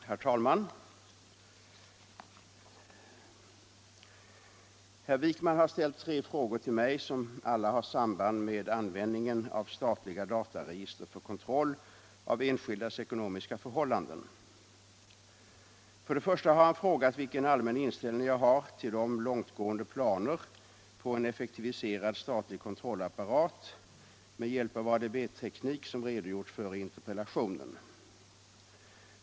Herr talman! Herr Wijkman har ställt tre frågor till mig, som alla har samband med användningen av statliga dataregister för kontroll av enskildas ekonomiska förhållanden. För det första har han frågat vilken allmän inställning jag har till de långtgående planer på en effektiviserad statlig kontrollapparat med hjälp av ADB-teknik som redogjorts för i interpellationen.